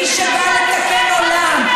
מי שבא לתקן עולם,